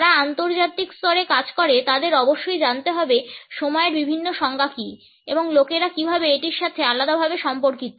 যারা আন্তর্জাতিক স্তরে কাজ করে তাদের অবশ্যই জানতে হবে সময়ের বিভিন্ন সংজ্ঞা কী এবং লোকেরা কীভাবে এটির সাথে আলাদাভাবে সম্পর্কিত